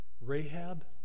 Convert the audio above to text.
Rahab